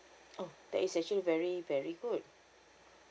oh that is actually very very good